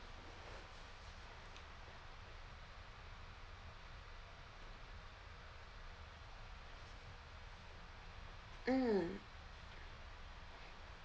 mm